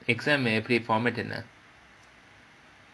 exam எப்படி:eppadi format என்ன:enna